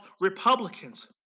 Republicans